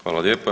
Hvala lijepa.